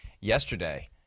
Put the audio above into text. yesterday